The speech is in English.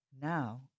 Now